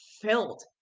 filled